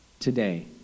today